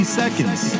seconds